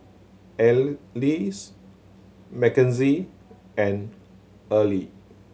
Alys Mackenzie and Earlie